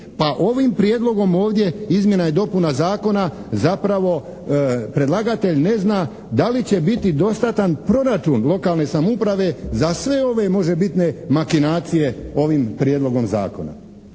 Pa ovim Prijedlogom ovdje izmjena i dopuna zakona zapravo predlagatelj ne zna da li će biti dostatan proračun lokalne samouprave za sve ove možebitne makinacije ovim Prijedlogom zakona?